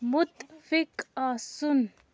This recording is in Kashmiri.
مُتفِق آسُن